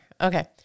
Okay